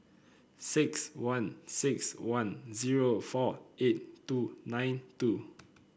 six one six one zero four eight two nine two